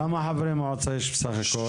כמה יש בסך הכל?